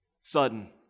sudden